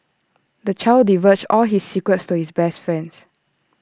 the child divulged all his secrets to his best friends